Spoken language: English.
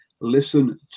listen